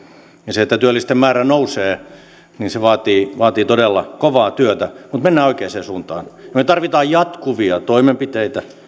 ja se että työllisten määrä nousee vaatii vaatii todella kovaa työtä mutta mennään oikeaan suuntaan me tarvitsemme jatkuvia toimenpiteitä